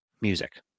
music